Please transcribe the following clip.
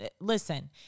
listen